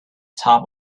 top